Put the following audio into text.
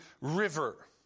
river